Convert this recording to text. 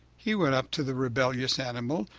he went up to the rebellious animal,